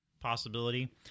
possibility